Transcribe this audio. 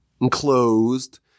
enclosed